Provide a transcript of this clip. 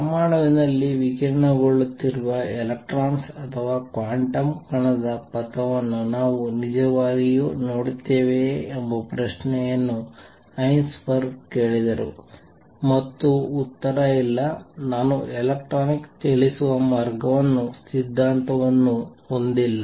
ಪರಮಾಣುವಿನಲ್ಲಿ ವಿಕಿರಣಗೊಳ್ಳುತ್ತಿರುವ ಎಲೆಕ್ಟ್ರಾನ್ ಅಥವಾ ಕ್ವಾಂಟಮ್ ಕಣದ ಪಥವನ್ನು ನಾವು ನಿಜವಾಗಿಯೂ ನೋಡುತ್ತೇವೆಯೇ ಎಂಬ ಪ್ರಶ್ನೆಯನ್ನು ಹೈಸೆನ್ಬರ್ಗ್ ಕೇಳಿದರು ಮತ್ತು ಉತ್ತರ ಇಲ್ಲ ನಾನು ಎಲೆಕ್ಟ್ರಾನಿಕ್ ಚಲಿಸುವ ಮಾರ್ಗವನ್ನು ಸಿದ್ಧಾಂತವನ್ನು ಹೊಂದಿಲ್ಲ